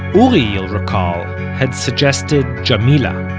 uri you'll recall had suggested jamila.